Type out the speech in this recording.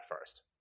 first